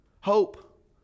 hope